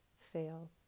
fail